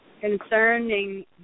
concerning